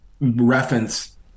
reference